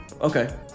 Okay